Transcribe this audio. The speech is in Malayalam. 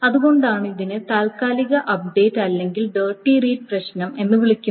അതുകൊണ്ടാണ് ഇതിനെ താൽക്കാലിക അപ്ഡേറ്റ് അല്ലെങ്കിൽ ഡേർട്ടി റീഡ് പ്രശ്നം എന്ന് വിളിക്കുന്നത്